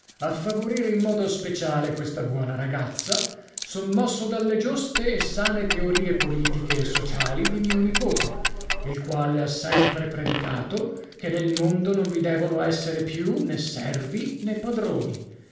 a favorire in modo speciale questa buona ragazza son mosso dalle giuste e sane teorie politiche e sociali di mio nipote il quale ha sempre predicato che nel mondo non vi devono essere più né servi né padroni